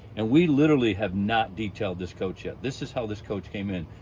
and we literally have not detailed this coach yet. this is how this coach came in.